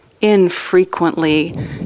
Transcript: infrequently